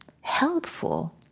helpful